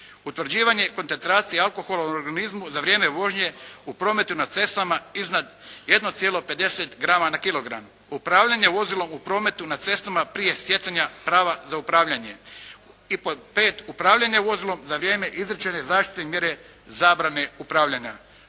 utvrđivanje koncentracije alkohola u organizmu za vrijeme vožnje u prometu na cestama iznad 1,50 grama na kilogramu, upravljanje vozilom u prometu na cestama prije stjecanja prava za upravljanje. I pod pet, upravljanje vozilom za vrijeme izrečene zaštitne mjere zabrane upravljanja.